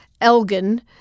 Elgin